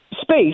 space